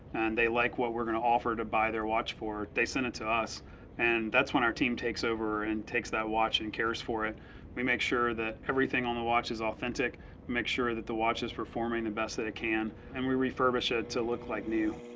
and they like what we're gonna offer to buy their watch for. they send it to us and that's when our team takes over and takes that watch and cares for it we make sure that everything on the watch is authentic. we make sure that the watch is performing the best that it can and we refurbish it to look like new.